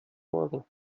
morgen